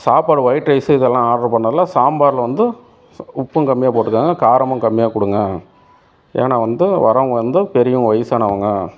சாப்பாடு white rice இதெல்லாம் order பண்ணதில் சாம்பாரில் வந்து உப்பும் கம்மியாக போட்டுக்கோங்க காரமும் கம்மியாக கொடுங்க ஏனால் வந்து வரவங்க வந்து பெரியவங்க வயசானவங்க